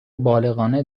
بالغانه